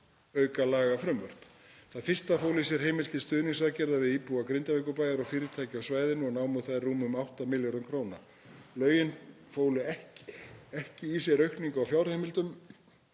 fjáraukalagafrumvörp. Það fyrsta fól í sér heimild til stuðningsaðgerða við íbúa Grindavíkurbæjar og fyrirtæki á svæðinu og námu þær rúmum 8 milljörðum kr. Lögin fólu ekki í sér aukningu á fjárheimildum